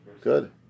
Good